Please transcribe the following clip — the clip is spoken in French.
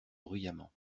bruyamment